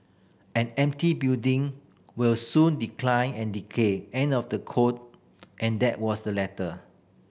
an empty building will soon decline and decay end of the quote and that was the letter